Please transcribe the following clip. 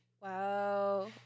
Wow